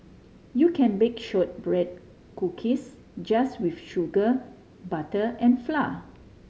you can bake shortbread cookies just with sugar butter and flour